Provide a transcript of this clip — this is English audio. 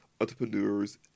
entrepreneurs